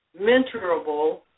mentorable